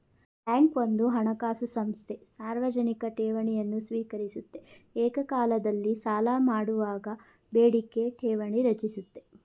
bank ಒಂದು ಹಣಕಾಸು ಸಂಸ್ಥೆ ಸಾರ್ವಜನಿಕ ಠೇವಣಿಯನ್ನು ಸ್ವೀಕರಿಸುತ್ತೆ ಏಕಕಾಲದಲ್ಲಿ ಸಾಲಮಾಡುವಾಗ ಬೇಡಿಕೆ ಠೇವಣಿ ರಚಿಸುತ್ತೆ